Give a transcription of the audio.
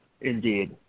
Indeed